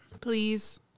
Please